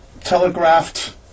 telegraphed